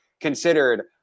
considered